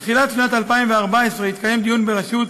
בתחילת שנת 2014 התקיים דיון בראשות